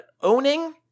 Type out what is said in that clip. owning